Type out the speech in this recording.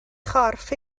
chorff